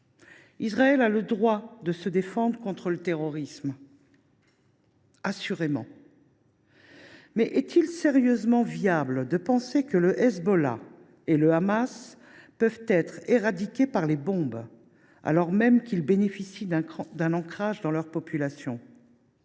assurément le droit de se défendre contre le terrorisme. Mais est il réaliste de penser que le Hezbollah et le Hamas peuvent être éradiqués par les bombes, alors même qu’ils bénéficient d’un ancrage dans leur population ?